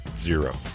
Zero